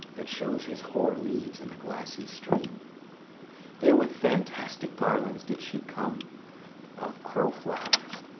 that shows his hoar leaves in the glassy stream there with fantastic garlands did she come of crowflowers,